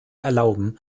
erlauben